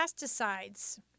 pesticides